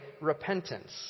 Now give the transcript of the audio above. repentance